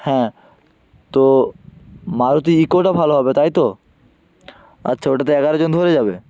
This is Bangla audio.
হ্যাঁ তো মারুতি ইকোটা ভালো হবে তাই তো আচ্ছা ওটাতে এগারো জন ধরে যাবে